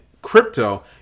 crypto